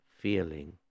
feeling